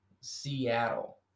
Seattle